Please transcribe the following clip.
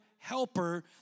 Helper